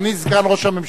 אדוני סגן ראש הממשלה,